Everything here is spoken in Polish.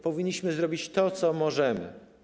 Powinniśmy zrobić to, co możemy.